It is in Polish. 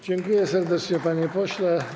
Dziękuję serdecznie, panie pośle.